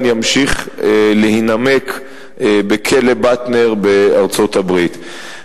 ימשיך להינמק בכלא "באטנר" בארצות-הברית.